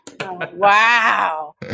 Wow